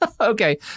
Okay